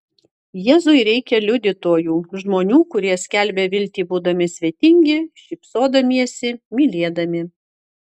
jėzui reikia liudytojų žmonių kurie skelbia viltį būdami svetingi šypsodamiesi mylėdami